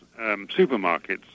supermarkets